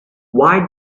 why